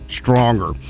stronger